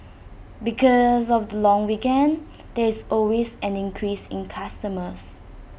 because of the long weekend there is always an increase in customers